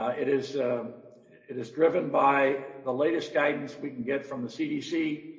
it is it is driven by the latest guidance we can get from the cdc,